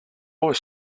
was